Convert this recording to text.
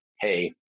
hey